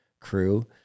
crew